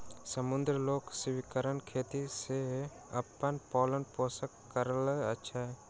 समुद्री लोक सीवरक खेती सॅ अपन पालन पोषण करैत अछि